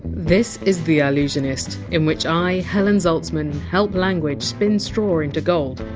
this is the allusionist, in which i, helen zaltzman, help language spin straw into gold,